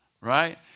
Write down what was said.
right